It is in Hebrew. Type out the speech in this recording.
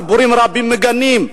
ציבורים רבים מגנים,